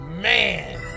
Man